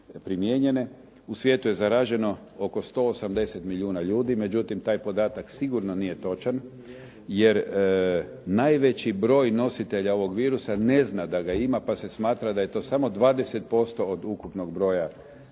U svijetu je zaraženo oko 180 milijuna ljudi, međutim taj podatak sigurno nije točan jer najveći broj nositelja ovog virusa ne zna da ga ima pa se smatra da je to samo 20% od ukupnog broja